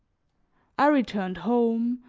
i returned home,